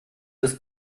ist